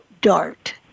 Dart